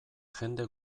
jende